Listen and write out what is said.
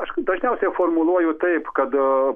aišku dažniausiai formuluoju taip kada